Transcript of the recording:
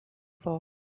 thought